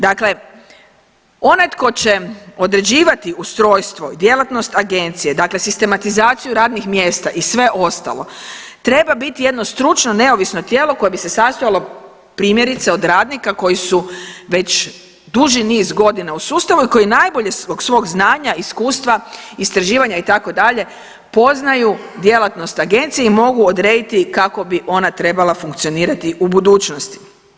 Dakle, onaj tko će određivati ustrojstvo, djelatnost agencije dakle sistematizaciju radnih mjesta i sve ostalo, treba biti jedno stručno neovisno tijelo koje bi se sastojalo, primjerice od radnika koji su već duži niz godina u sustavu i koji najbolje zbog svog znanja, iskustva, istraživanja itd. poznaju djelatnost agencije i mogu odrediti kako bi ona trebala funkcionirati u budućnosti.